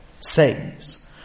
says